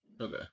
okay